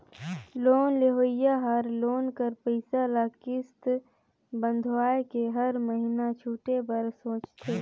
loan लेहोइया हर loan कर पइसा ल किस्त बंधवाए के हर महिना छुटे बर सोंचथे